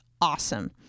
awesome